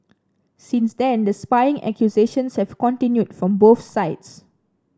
since then the spying accusations have continued from both sides